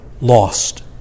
lost